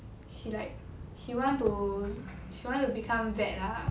she like she want to she want to become vet lah